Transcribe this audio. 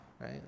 right